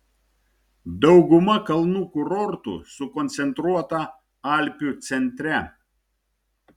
dauguma kalnų kurortų sukoncentruota alpių centre